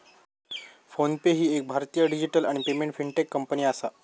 phone पे ही एक भारतीय डिजिटल पेमेंट आणि फिनटेक कंपनी आसा